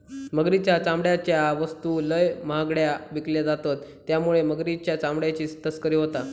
मगरीच्या चामड्याच्यो वस्तू लय महागड्यो विकल्यो जातत त्यामुळे मगरीच्या चामड्याची तस्करी होता